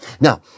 Now